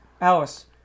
Alice